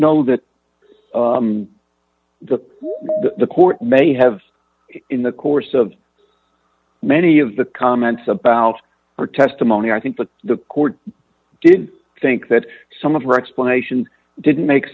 know that the the court may have in the course of many of the comments about her testimony i think that the court did think that some of their explanations didn't make